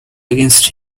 against